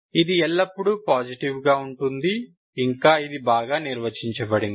ఇది ఎల్లప్పుడూ పాజిటివ్ గా ఉంటుంది ఇంకా ఇది బాగా నిర్వచించబడింది